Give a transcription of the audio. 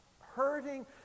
hurting